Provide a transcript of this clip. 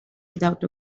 without